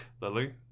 Lily